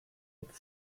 mit